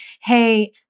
Hey